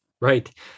right